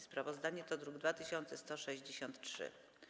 Sprawozdanie to druk nr 2163.